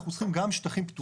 אנחנו צריכים גם שטחים פתוחים.